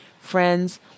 friends